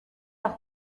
leur